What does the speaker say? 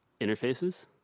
interfaces